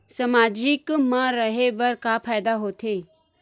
सामाजिक मा रहे बार का फ़ायदा होथे?